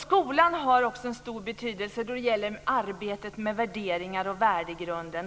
Skolan har en stor betydelse då det gäller arbetet med värderingar och värdegrunden.